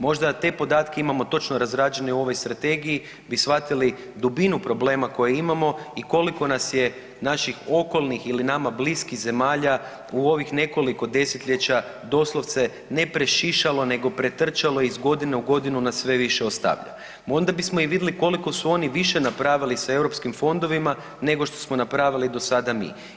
Možda da te podatke imamo točno razrađene u ovoj Strategiji bi shvatili dubinu problema koje imamo i koliko nas je naših okolnih ili nama bliskih zemalja u ovih nekoliko desetljeća doslovce ne prešišalo nego pretrčalo, iz godine u godinu nas sve više ostavlja, onda bismo i vidjeli koliko su oni više napravili sa europskim fondovima, nego što smo napravili do sada mi.